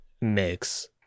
mix